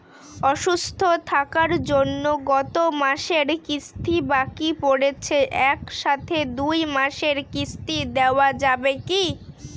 অসুস্থ থাকার জন্য গত মাসের কিস্তি বাকি পরেছে এক সাথে দুই মাসের কিস্তি দেওয়া যাবে কি?